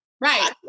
Right